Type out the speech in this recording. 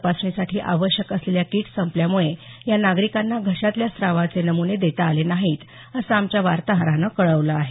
तपासणीसाठी आवश्यक असलेल्या किट संपल्यामुळे या नागरिकांना घशातल्या स्रावाचे नमुने देता आले नाहीत असं आमच्या वार्ताहरान कळवलं आहे